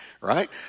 Right